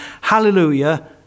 Hallelujah